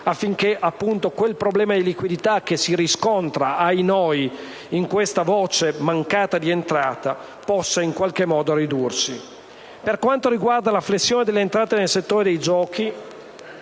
affinché quel problema di liquidità che si riscontra - ahinoi! - nella voce «mancate entrate» possa in qualche modo ridursi. Per quanto riguarda la flessione delle entrate nel settore dei giochi,